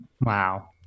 Wow